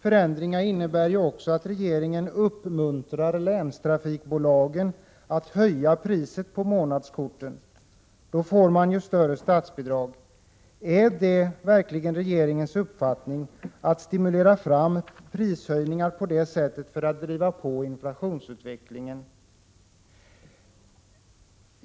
Förändringarna innebär också att regeringen uppmuntrar länstrafikbolagen att höja priset på månadskorten — då får man ju större statsbidrag. Är det verkligen regeringens avsikt att stimulera fram prishöjningar och på det sättet driva på inflationsutvecklingen?